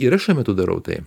ir aš šiuo metu darau tai